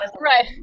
Right